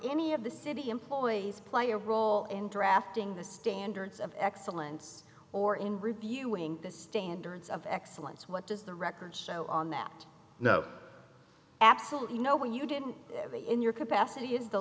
any of the city employees play a role in drafting the standards of excellence or in reviewing the standards of excellence what does the record show on that no absolutely no you didn't in your capacity as the